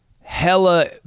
hella